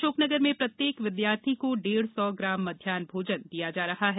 अशोकनगर में प्रत्येक विद्यार्थी को डेढ़ सौ ग्राम मध्यान्ह भोजन दिया जा रहा है